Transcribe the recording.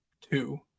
two